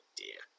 dear